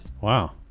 Wow